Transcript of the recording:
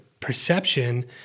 Perception